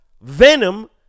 venom